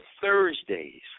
Thursdays